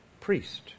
priest